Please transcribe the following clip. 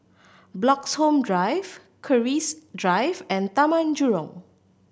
Bloxhome Drive Keris Drive and Taman Jurong